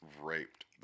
raped